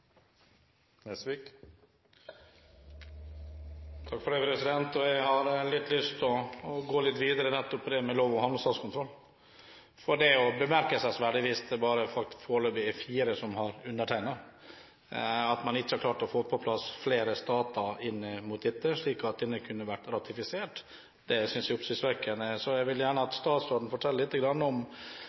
Jeg har lyst til å gå litt videre på det med havnestatskontroll. Hvis det foreløpig bare er fire som har undertegnet, er det bemerkelsesverdig at man ikke har klart å få på plass flere stater inn mot dette, slik at avtalen kunne blitt ratifisert. Det synes jeg er oppsiktsvekkende. Det ble sagt at